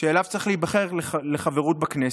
שאליו צריך להיבחר לחברות בכנסת,